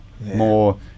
more